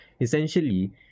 essentially